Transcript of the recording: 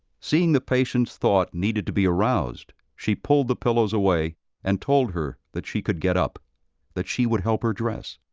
seeing the patient's thought needed to be aroused, she pulled the pillows away and told her that she could get up that she would help her dress.